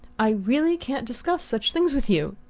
i really can't discuss such things with you.